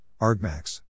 argmax